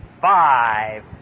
five